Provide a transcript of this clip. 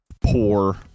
poor